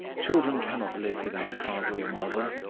children cannot live without father or mother